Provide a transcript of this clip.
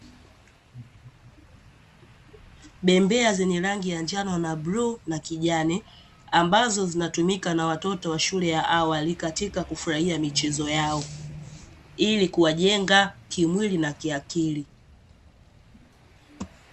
Bembea zenye rangi ya njano na bluu na kijani, ambazo zinatumika na watoto wa shule ya awali katika kufurahia michezo yao, ili kuwajenga kimwili na kiakili.